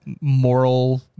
moral